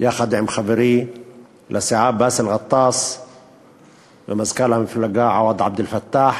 יחד עם חברי לסיעה באסל גטאס ומזכ"ל המפלגה עווד עבד אל-פתאח,